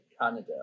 Canada